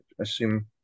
assume